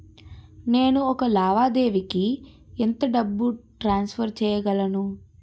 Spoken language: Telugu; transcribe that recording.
నేను ఒక లావాదేవీకి ఎంత డబ్బు ట్రాన్సఫర్ చేయగలను?